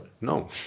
No